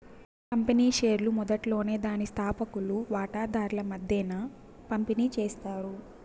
company షేర్లు మొదట్లోనే దాని స్తాపకులు వాటాదార్ల మద్దేన పంపిణీ చేస్తారు